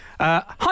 Hi